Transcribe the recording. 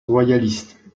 royaliste